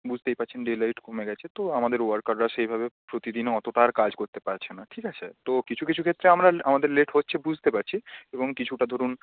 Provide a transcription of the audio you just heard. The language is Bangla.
বুঝতেই পারছেন ডে লাইট কমে গেছে তো আমাদের ওয়ার্কাররা সেইভাবে প্রতিদিন অতটা আর কাজ করতে পারছে না ঠিক আছে তো কিছু কিছু ক্ষেত্রে আমরা আমাদের লেট হচ্ছে বুঝতে পারছি এবং কিছুটা ধরুন